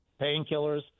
painkillers